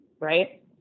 Right